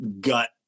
gut